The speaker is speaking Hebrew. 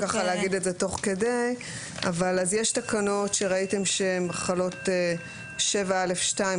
יש תקנות שחלות 7(א)(2),